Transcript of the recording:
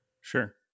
Sure